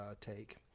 take